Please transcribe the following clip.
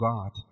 God